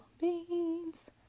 beans